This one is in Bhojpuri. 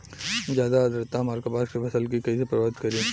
ज्यादा आद्रता हमार कपास के फसल कि कइसे प्रभावित करी?